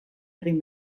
egin